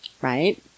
Right